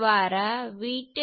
તેથી હું તે તરત જ લખીશ